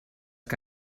que